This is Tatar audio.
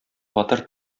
батыр